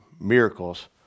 miracles